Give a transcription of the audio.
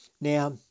Now